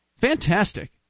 Fantastic